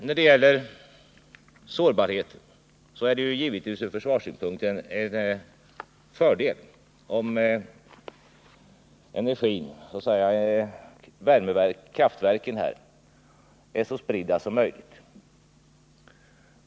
När det gäller sårbarheten är det givetvis ur försvarssynpunkt en fördel om kraftverken är så spridda som möjligt.